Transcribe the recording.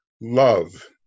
love